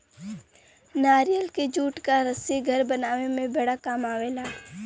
नारियल के जूट क रस्सी घर बनावे में बड़ा काम आवला